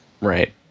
Right